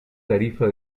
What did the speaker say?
tarifa